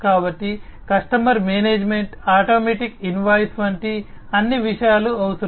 కాబట్టి customer management automatic invoice వంటి అన్ని విషయాలు అవసరం